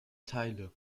teile